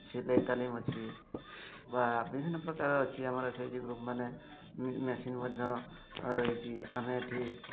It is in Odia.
ସିଲେଇ ତାଲିମ ଅଛି ବା ବିଭିନ୍ନ ପ୍ରକାର ଅଛି ଆମର ଏସ୍ ଏଚ୍ ଜି ଗ୍ରୁପ୍ମାନେ ମେସିନ୍ ମଧ୍ୟ ରହିଛି ଆମେ ଏଠି